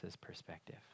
perspective